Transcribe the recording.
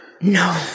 No